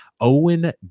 Owen